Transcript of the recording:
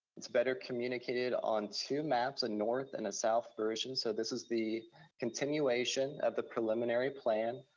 it's better communicated on two maps, a north and a south version. so this is the continuation of the preliminary plan,